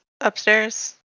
upstairs